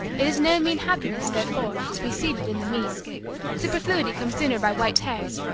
it is no mean happiness, therefore, to be seated in the mean superfluity come sooner by white hairs,